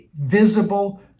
visible